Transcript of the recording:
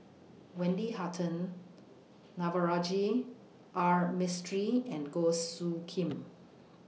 Wendy Hutton Navroji R Mistri and Goh Soo Khim